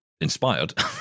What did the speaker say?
inspired